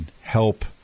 help